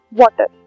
water